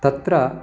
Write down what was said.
तत्र